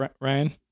Ryan